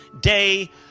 Day